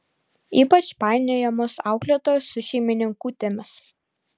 ypač painiojamos auklėtojos su šeimininkutėmis